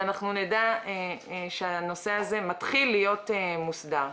שנדע שהנושא הזה מתחיל להיות מוסדר.